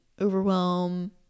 overwhelm